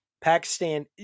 Pakistan